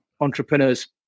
entrepreneurs